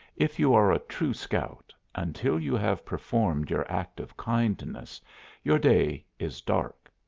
if you are a true scout, until you have performed your act of kindness your day is dark.